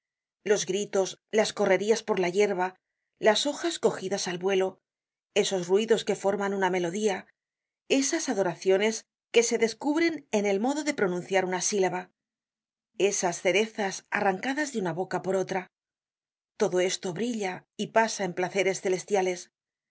los gritos las correrías por la yerba las hojas cogidas al vuelo esos ruidos que forman una melodía esas adoraciones que se descubren en el modo de pronunciar una sílaba esas cerezas arrancadas de una boca por otra todo esto brilla y pasa en placeres celestiales las